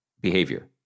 behavior